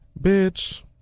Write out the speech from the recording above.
bitch